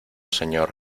señor